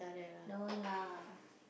don't want lah